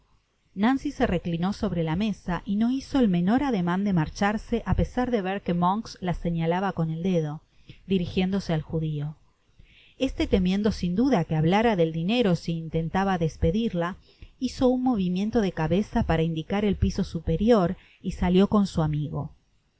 nancy se reclinó sobre la mesa y no hizo el menor ademan de marcharse á pesar de ver que monks la señalaba con el dedo dirijiéndose al judio lisie temiendo sin duda que hablara del dinero si intentaba despedirla hizo un movimiento de cabeza para indicar el piso superior y salió con su amigo